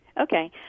Okay